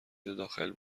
داخل